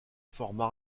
forma